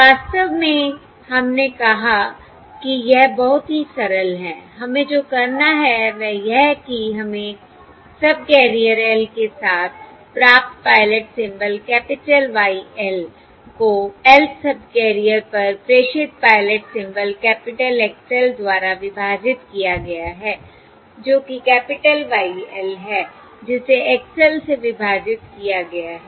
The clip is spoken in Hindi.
वास्तव में हमने कहा कि यह बहुत ही सरल है हमें जो करना है वह यह है कि हमें सबकैरियर l के साथ प्राप्त pilot symbol capital Y l को lth सबकैरियर पर प्रेषित pilot symbol capital X l द्वारा विभाजित किया गया है जो कि कैपिटल Y l है जिसे XL से विभाजित किया गया है